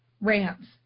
rants